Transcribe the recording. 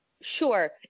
Sure